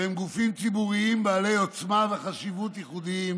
שהם גופים ציבוריים בעלי עוצמה וחשיבות ייחודיים